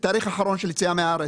תאריך אחרון של יציאה מהארץ,